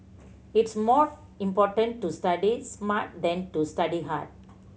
it's more important to study smart than to study hard